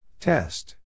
Test